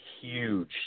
huge